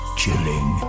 chilling